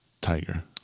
Tiger